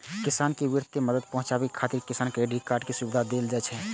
किसान कें वित्तीय मदद पहुंचाबै खातिर किसान क्रेडिट कार्ड के सुविधा देल जाइ छै